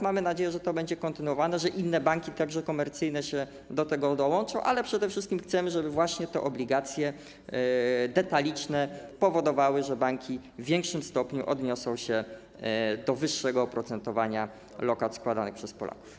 Mamy nadzieję, że to będzie kontynuowane, że inne banki, także komercyjne, do tego dołączą, ale przede wszystkim chcemy, żeby obligacje detaliczne powodowały, że banki w większym stopniu odniosą się do wyższego oprocentowania lokat zakładanych przez Polaków.